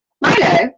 Milo